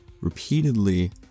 repeatedly